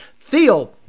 Theo